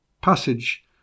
passage